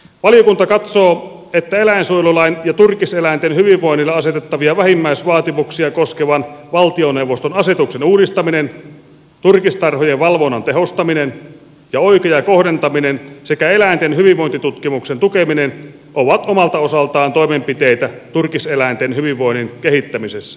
valiokunta katsoo että eläinsuojelulain ja turkiseläinten hyvinvoinnille asetettavia vähimmäisvaatimuksia koskevan valtioneuvoston asetuksen uudistaminen turkistarhojen valvonnan tehostaminen ja oikea kohdentaminen sekä eläinten hyvinvointitutkimuksen tukeminen ovat omalta osaltaan toimenpiteitä turkiseläinten hyvinvoinnin kehittämisessä